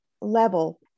level